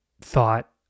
thought